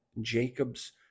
Jacob's